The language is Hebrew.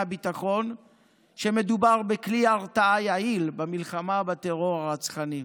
הביטחון שמדובר בכלי הרתעה יעיל במלחמה בטרור הרצחני.